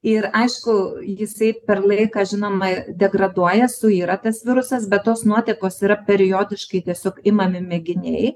ir aišku jisai per laiką žinoma degraduoja suyra tas virusas bet tos nuotekos yra periodiškai tiesiog imami mėginiai